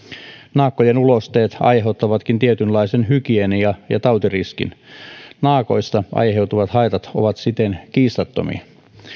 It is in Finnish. naakkojen ulosteet aiheuttavatkin tietynlaisen hygienia ja tautiriskin naakoista aiheutuvat haitat ovat siten kiistattomia